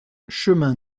chemin